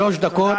שלוש דקות.